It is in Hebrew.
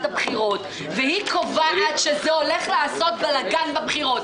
הבחירות והיא קובעת שזה הולך לעשות בלגן בבחירות,